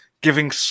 giving